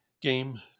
game